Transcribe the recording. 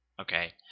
okay